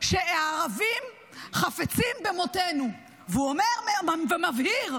שהערבים חפצים במותנו, והוא אומר ומבהיר: